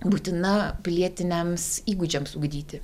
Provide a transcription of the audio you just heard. būtina pilietiniams įgūdžiams ugdyti